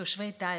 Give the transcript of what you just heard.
תושבי טייבה.